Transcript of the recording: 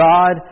God